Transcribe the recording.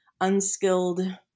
unskilled